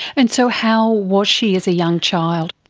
and so how was she as a young child?